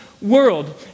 world